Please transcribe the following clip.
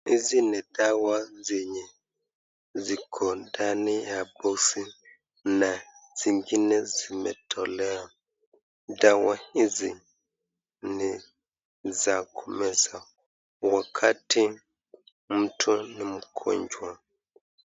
Hizi ni dawa zenye ziko ndani ya boxi na zingine zimetolewa. Dawa hizi ni za kumeza wakati mtu ni mgonjwa.